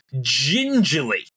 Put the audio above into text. gingerly